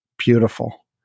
beautiful